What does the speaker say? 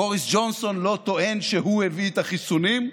בוריס ג'ונסון לא טוען שהוא הביא את החיסונים,